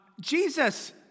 Jesus